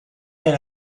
est